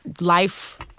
life